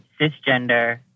cisgender